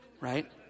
right